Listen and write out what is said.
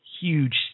huge